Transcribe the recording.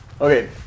Okay